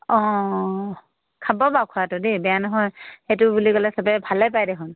অঁ খাব বাৰু খোৱাটো দেই বেয়া নহয় সেইটো বুলি ক'লে সবে ভালে পায় দেখোন